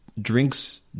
drinks